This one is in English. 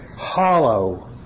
Hollow